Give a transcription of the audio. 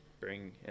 bring